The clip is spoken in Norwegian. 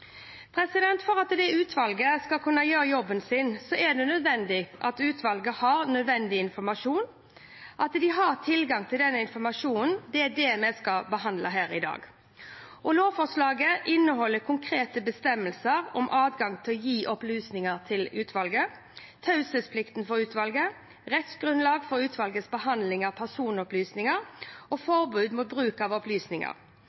kan for å forhindre. For at utvalget skal kunne gjøre jobben sin, er det nødvendig at det har nødvendig informasjon. At de har tilgang til denne informasjonen, er det vi skal behandle her i dag. Lovforslaget inneholder konkrete bestemmelser om adgang til å gi opplysninger til utvalget, taushetsplikten for utvalget, rettsgrunnlag for utvalgets behandling av personopplysninger og